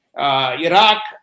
Iraq